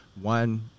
one